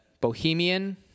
Bohemian